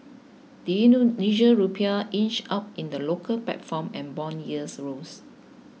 the Indonesian Rupiah inched up in the local platform and bond yields rose